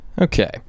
Okay